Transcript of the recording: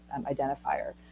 identifier